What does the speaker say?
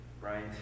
right